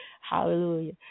Hallelujah